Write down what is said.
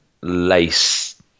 lace